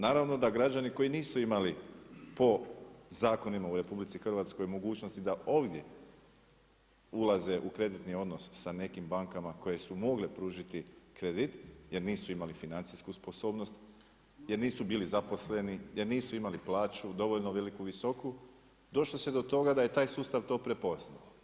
Naravno da građani koji nisu imali po zakonima u RH mogućnosti da ovdje ulaze u kreditni odnos s nekim bankama koje su mogle pružiti kredit, jer nisu imali financijsku sposobnost, jer nisu bili zaposleni, jer nisu imali plaću dovoljno veliku visoku, došlo je do toga da je taj sustav to prepoznao.